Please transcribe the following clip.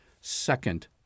second